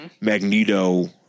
Magneto